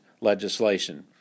legislation